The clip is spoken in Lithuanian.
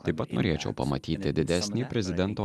taip pat norėčiau pamatyti didesnį prezidento